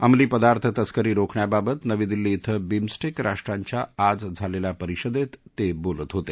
अंमली पदार्थ तस्करी रोखण्याबाबत नवी दिल्ली इथं बिमस्टेक राष्ट्रांच्या आज झालेल्या परिषदेत ते बोलत होते